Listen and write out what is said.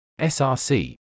src